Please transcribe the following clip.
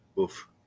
oof